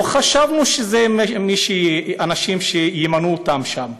לא חשבנו שזה מי ש, האנשים שימנו אותם שם.